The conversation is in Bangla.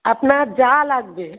আপনার যা লাগবে